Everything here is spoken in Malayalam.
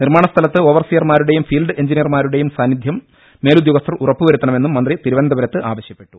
നിർമ്മാണസ്ഥലത്ത് ഓവർസിയർമാരുടെയും ഫീൽഡ് എഞ്ചിനീയർമാരുടെയും സാന്നിധ്യം മേലുദ്യോഗസ്ഥർ ഉറപ്പുവരുത്തണമെന്നും മന്ത്രി തിരുവനന്തപുരത്ത് ആവശ്യപ്പെട്ടു